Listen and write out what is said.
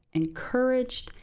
encouraged,